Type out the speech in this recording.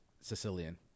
Sicilian